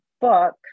book